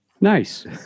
Nice